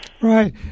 Right